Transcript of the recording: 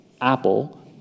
Apple